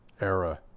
era